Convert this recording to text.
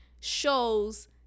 shows